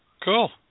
Cool